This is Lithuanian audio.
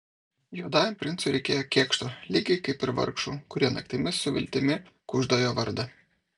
juodajam princui reikėjo kėkšto lygiai kaip ir vargšų kurie naktimis su viltimi kužda jo vardą